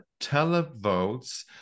televotes